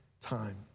time